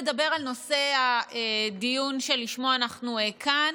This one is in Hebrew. לדבר על נושא הדיון שלשמו אנחנו כאן.